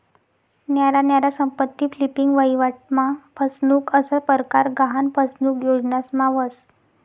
न्यारा न्यारा संपत्ती फ्लिपिंग, वहिवाट मा फसनुक असा परकार गहान फसनुक योजनास मा व्हस